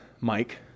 Mike